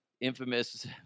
infamous